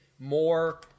More